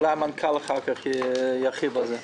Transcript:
אולי המנכ"ל אחר כך ירחיב על זה.